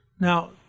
Now